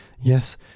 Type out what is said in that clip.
Yes